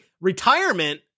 retirement